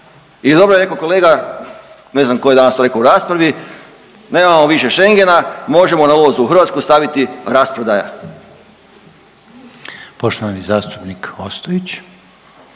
I dobro je rekao kolega, ne znam tko je danas to rekao u raspravi, nemamo više Scehngena možemo na ulasku u Hrvatsku staviti rasprodaja. **Reiner, Željko